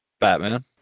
Batman